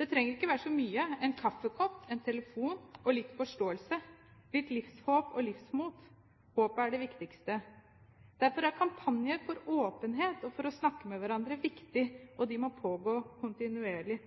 Det trenger ikke være så mye, en kaffekopp, en telefon, litt forståelse, litt livshåp og livsmot. Håpet er det viktigste. Derfor er kampanjer for åpenhet og for å snakke med hverandre viktig, og de må pågå kontinuerlig.